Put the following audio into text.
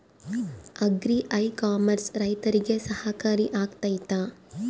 Agri e commerce ರೈತರಿಗೆ ಸಹಕಾರಿ ಆಗ್ತೈತಾ?